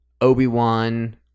obi-wan